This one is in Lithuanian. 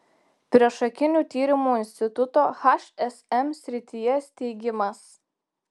priešakinių tyrimų instituto hsm srityje steigimas